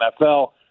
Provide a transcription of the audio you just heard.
NFL